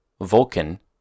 Vulcan